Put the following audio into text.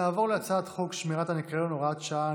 נעבור להצעת חוק שמירת הניקיון (הוראת שעה,